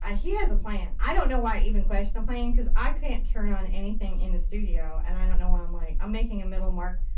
he has a plan. i don't know why i even question the plan because i can't turn on anything in the studio. and i don't know why i'm like. i'm making a middle mark.